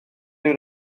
ryw